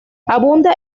abunda